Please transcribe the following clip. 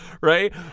right